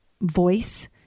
voice